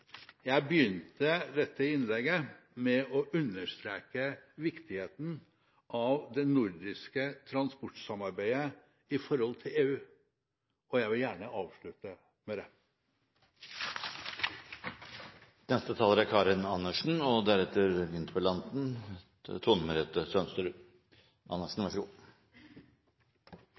Jeg begynte dette innlegget med å understreke viktigheten av det nordiske transportsamarbeidet i EU, og jeg vil gjerne avslutte med